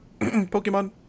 Pokemon